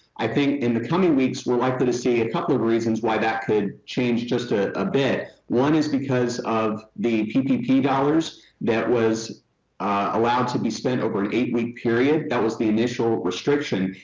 i think in the coming weeks, we're likely to see a couple of reasons why that could change just ah a bit. one is because of the peak hours that was allowed to be spent over an eight week period. that was the initial restriction.